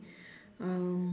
um